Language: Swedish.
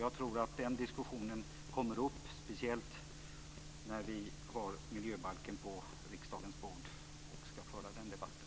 Jag tror att en diskussion härom speciellt kommer att tas upp i samband med att miljöbalken kommer upp till behandling i riksdagen.